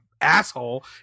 asshole